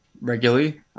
regularly